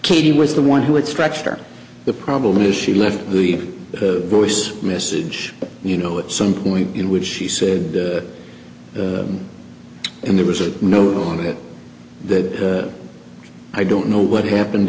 katie was the one who would structure the problem is she left the voice message you know at some point in which she said and there was a note on it that i don't know what happened